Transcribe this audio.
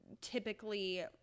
typically